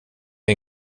det